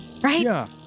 Right